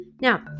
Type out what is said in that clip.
Now